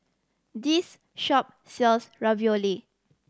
this shop sells Ravioli